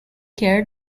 care